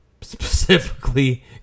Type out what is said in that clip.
specifically